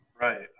Right